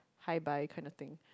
hi bye kinda thing